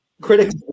critics